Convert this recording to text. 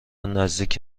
نزدیک